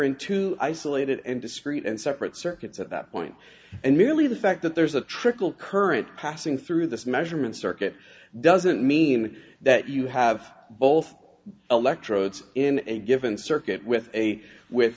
two isolated and discrete and separate circuits at that point and merely the fact that there's a trickle current passing through this measurement circuit doesn't mean that you have both electrodes in a given circuit with a with